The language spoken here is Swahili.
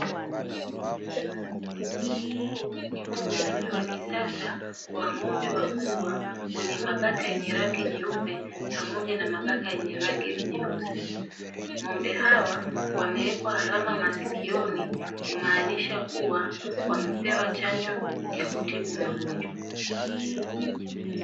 Huu ni ufugaji wa kisasa wa ng’ombe wakubwa wenye mabaka yenye rangi nyeupe pamoja na mabaka yenye rangi nyeusi. Ng’ombe hawa wamewekwa alama masikioni kumaanisha kuwa wamepewa chanjo ya kutibu magonjwa.